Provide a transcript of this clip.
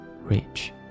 Rich